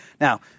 Now